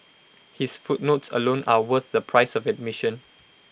his footnotes alone are worth the price of admission